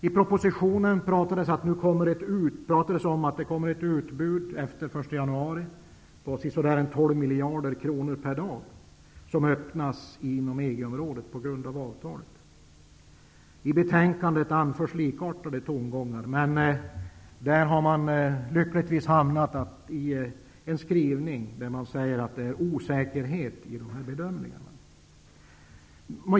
I propositionen sägs att det på grund av avtalet efter den 1 januari kommer ett utbud på ca 12 miljarder kronor per dag inom EG-området. I betänkandet finns liknande tongångar, men utskottet har lyckligtvis funnit att det finns en osäkerhet i dessa bedömningar.